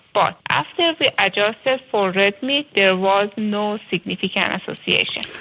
but after we adjust this for red meat there was no significant association.